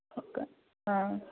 okay हां